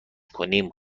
کنیم